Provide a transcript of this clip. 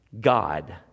God